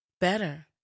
better